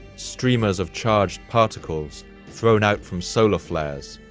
streamers of charged particles thrown out from solar flares,